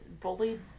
bullied